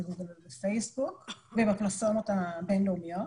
בגוגל ובפייסבוק ובפלטפורמות הבינלאומיות.